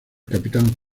capitán